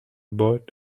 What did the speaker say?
bought